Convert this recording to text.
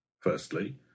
Firstly